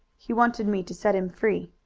he wanted me to set him free.